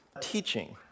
teaching